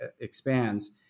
expands